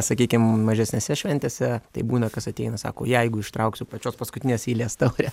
sakykim mažesnėse šventėse tai būna kas ateina sako jeigu ištrauksiu pačios paskutinės eilės taurę